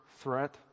threat